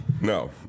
No